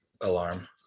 alarm